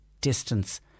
distance